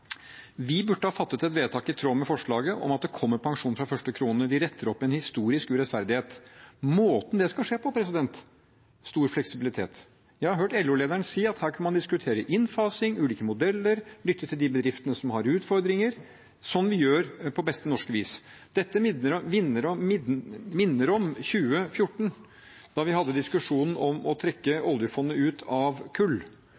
Vi burde ha fattet et vedtak i tråd med forslaget om at det kommer pensjon fra første krone. Vi retter opp en historisk urettferdighet. Måten det skal skje på, er stor fleksibilitet. Jeg har hørt LO-lederen si at her kan man diskutere ulike modeller for innfasing og lytte til de bedriftene som har utfordringer – slik vi gjør på beste norske vis. Dette minner om 2014, da vi hadde diskusjonen om å trekke oljefondet ut av kull.